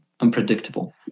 Unpredictable